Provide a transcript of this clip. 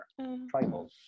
tribals